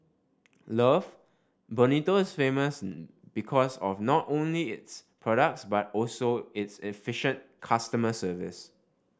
love Bonito is famous because of not only its products but also its efficient customer service